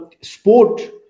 sport